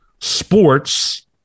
sports